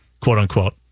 quote-unquote